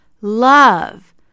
Love